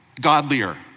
godlier